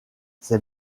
ces